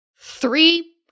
three